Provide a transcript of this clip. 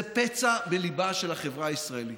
זה פצע בליבה של החברה הישראלית,